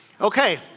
Okay